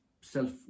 self